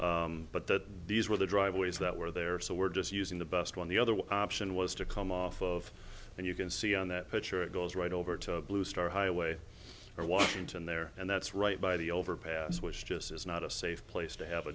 but that these were the driveways that were there so we're just using the best one the other option was to come off of and you can see on that picture it goes right over to blue star highway or washington there and that's right by the overpass was just is not a safe place to have a